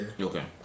Okay